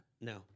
No